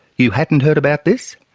you hadn't heard about this?